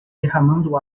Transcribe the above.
derramando